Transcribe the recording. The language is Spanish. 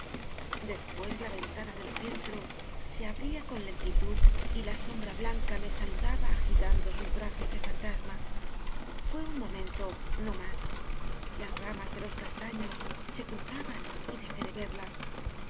después la ventana del centro se abria con lentitud y la sombra blanca me saludaba agitando sus brazos de fantasma fué un momento no más las ramas de los castaños se cruzaban y dejé de verla